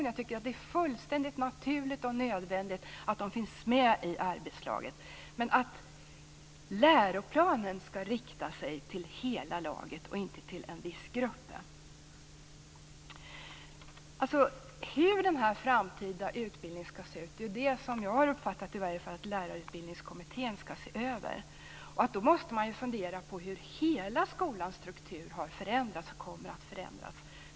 Jag tycker att det är fullständigt naturligt och nödvändigt att de finns med i arbetslaget. Men läroplanen skall rikta sig till hela laget och inte till en viss grupp. Hur den här framtida utbildningen skall se ut är det som i alla fall jag har uppfattat att Lärarutbildningskommittén skall se över. Då måste man fundera över hur hela skolans struktur har förändrats och kommer att förändras.